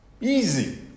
Easy